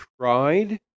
tried